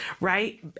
right